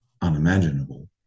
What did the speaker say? unimaginable